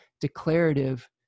declarative